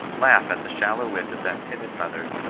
laugh at the shallow wit of that timid mother,